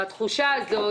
התחושה הזאת,